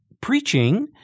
preaching